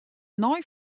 nei